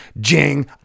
Jing